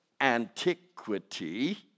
antiquity